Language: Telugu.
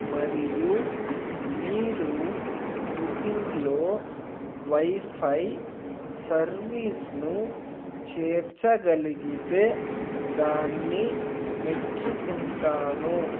మరియు మీరు బుకింగ్లో వైఫై సర్వీస్ను చేర్చగలిగితే దాన్ని మెచ్చుకుంటాను